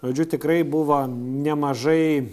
žodžiu tikrai buvo nemažai